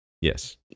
Yes